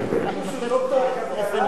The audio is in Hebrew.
כאילו הוא דוקטור לכלכלה או משהו,